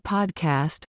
Podcast